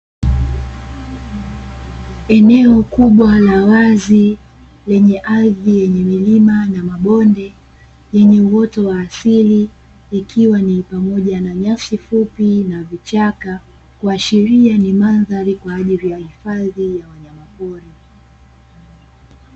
Eneo kubwa la wazi lenye ardhi yenye milima na mabonde lenye uoto wa asili, ikiwa ni pamoja na nyasi fupi na vichaka, kuashiria ni mandhari kwa ajili uhifadhi ya wanyamapori.